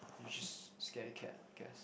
you're just scaredy cat I guess